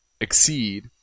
exceed